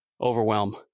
overwhelm